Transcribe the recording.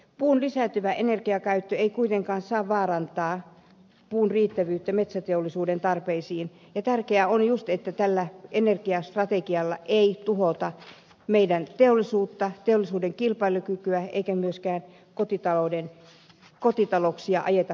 puun lisääntyvä energiakäyttö ei kuitenkaan saa vaarantaa puun riittävyyttä metsäteollisuuden tarpeisiin ja tärkeää on juuri että tällä energiastrategialla ei tuhota meidän teollisuuttamme teollisuuden kilpailukykyä eikä myöskään kotitalouksia ajeta konkurssiin